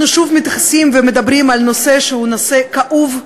אנחנו שוב מתייחסים ומדברים על נושא שהוא נושא כאוב,